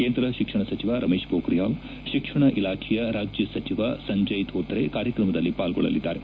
ಕೇಂದ್ರ ಶಿಕ್ಷಣ ಸಚಿವ ರಮೇಶ್ ಪೋಖ್ರಿಯಾಲ್ ಶಿಕ್ಷಣ ಇಲಾಖೆಯ ರಾಜ್ನ ಸಚಿವ ಸಂಜಯ್ ಧೋತ್ರೆ ಕಾರ್ಯಕ್ರಮದಲ್ಲಿ ಪಾಲ್ಗೊಳ್ಳಲಿದ್ದಾರೆ